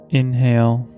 inhale